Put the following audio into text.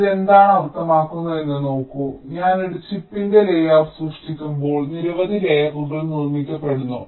ഇത് എന്താണ് അർത്ഥമാക്കുന്നത് എന്ന് നോക്കൂ ഞാൻ ഒരു ചിപ്പിന്റെ ലേഔട്ട് സൃഷ്ടിക്കുമ്പോൾ നിരവധി ലെയറുകൾ നിർമ്മിക്കപ്പെടുന്നു